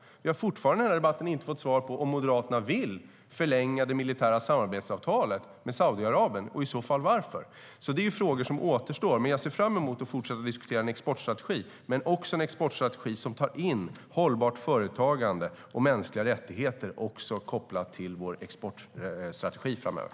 Vi har i den här debatten fortfarande inte fått svar på om Moderaterna vill förlänga det militära samarbetsavtalet med Saudiarabien och i så fall varför. Det är frågor som återstår. Jag ser fram emot att fortsätta att diskutera en exportstrategi men också att vi tar in hållbart företagande och mänskliga rättigheter kopplat till vår exportstrategi framöver.